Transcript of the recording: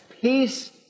Peace